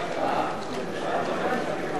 מרצ-העבודה להביע